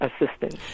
assistance